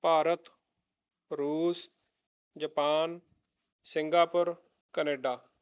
ਭਾਰਤ ਰੂਸ Japan Singapore Canada